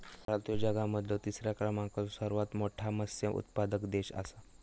भारत ह्यो जगा मधलो तिसरा क्रमांकाचो सर्वात मोठा मत्स्य उत्पादक देश आसा